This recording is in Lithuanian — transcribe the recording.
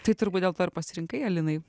tai turbūt dėl to ir pasirinkai alinai